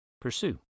pursue